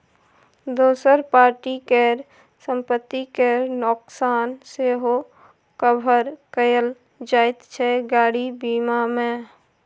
दोसर पार्टी केर संपत्ति केर नोकसान सेहो कभर कएल जाइत छै गाड़ी बीमा मे